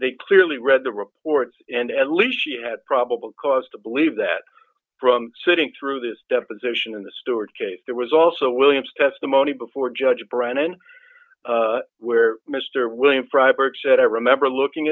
they clearly read the reports and at least she had probable cause to believe that from sitting through this deposition in the stewart case there was also williams testimony before judge brennan where mr william